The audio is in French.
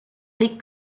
les